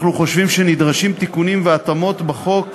אנחנו חושבים שנדרשים תיקונים והתאמות בחוק